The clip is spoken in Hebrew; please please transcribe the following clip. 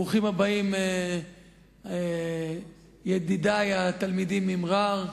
ברוכים הבאים, ידידי התלמידים ממע'אר.